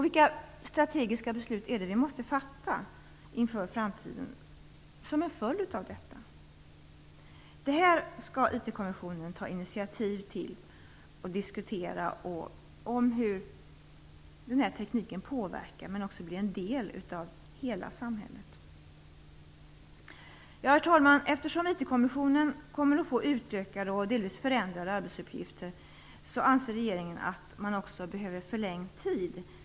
Vilka strategiska beslut är det vi måste fatta inför framtiden som en följd av detta? IT-kommissionen skall ta initiativ till att diskutera hur den här tekniken påverkar men också blir en del av hela samhället. Herr talman! Eftersom IT-kommissionen kommer att få utökade och delvis förändrade arbetsuppgifter anser regeringen att den också behöver förlängd tid.